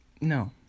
No